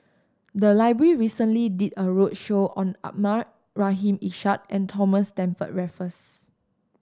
the library recently did a roadshow on Abdul Rahim Ishak and Thomas Stamford Raffles